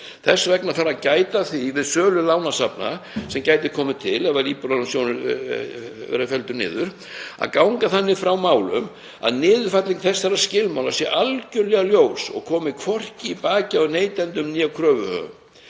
Þess vegna þarf að gæta að því við sölu lánasafna, sem gæti komið til ef Íbúðalánasjóður verður felldur niður, að ganga þannig frá málum að niðurfelling þessara skilmála sé algerlega ljós og komi hvorki í bakið á neytendum né kröfuhöfum.